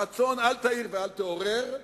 הרצון "אל תעיר ואל תעורר"